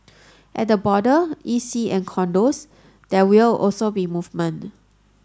at the border E C and condos there will also be movement